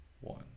One